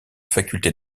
faculté